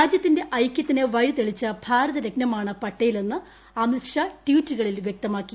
രാജ്യത്തിന്റെ ഐക്യത്തിന് വഴിതെളിച്ച ഭാരത രത്നമാണ് പട്ടേൽ എന്ന് അമിത്ഷാ ട്വീറ്റുകളിൽ വ്യക്തമാക്കി